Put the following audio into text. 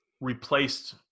replaced